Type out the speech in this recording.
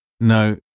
No